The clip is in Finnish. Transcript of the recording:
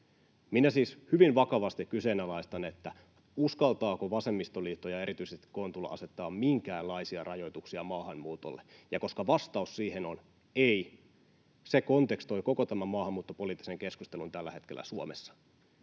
Minä siis hyvin vakavasti kyseenalaistan, uskaltaako vasemmistoliitto — ja erityisesti Kontula — asettaa minkäänlaisia rajoituksia maahanmuutolle. Ja koska vastaus siihen on ei, se kontekstoi koko tämän maahanmuuttopoliittisen keskustelun tällä hetkellä Suomessa.